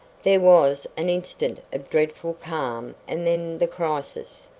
there was an instant of dreadful calm and then the crisis.